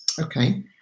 Okay